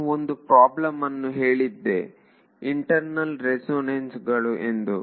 ನಾನು ಒಂದು ಪ್ರಾಬ್ಲಮ್ ಅನ್ನು ಹೇಳಿದ್ದೆ ಇಂಟರ್ನಲ್ ರೆಸೋನನ್ಸ್ಗಳು ಎಂದು